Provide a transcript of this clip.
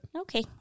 okay